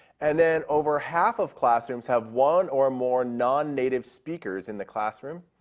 and then over half of classrooms have one or more nonnative speakers in the classroom.